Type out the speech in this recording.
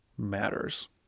matters